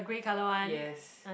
yes